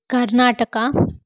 Karnataka